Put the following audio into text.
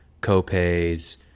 co-pays